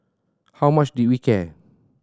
how much did we care